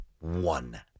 one